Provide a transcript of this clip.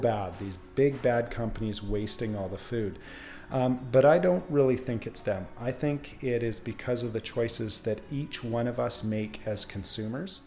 bad these big bad companies wasting all the food but i don't really think it's that i think it is because of the choices that each one of us make as consumers